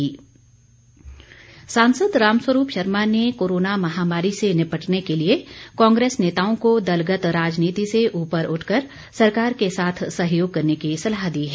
रामस्वरूप सांसद रामस्वरूप शर्मा ने कोरोना महामारी से निपटने के लिए कांग्रेस नेताओं को दलगत राजनीति से उपर उठकर सरकार के साथ सहयोग करने की सलाह दी है